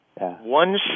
One